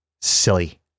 silly